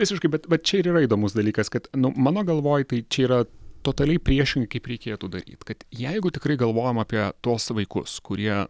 visiškai bet vat čia ir yra įdomus dalykas kad mano galvoj tai čia yra totaliai priešingai kaip reikėtų daryti kad jeigu tikrai galvojame apie tuos vaikus kurie